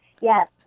Yes